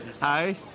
Hi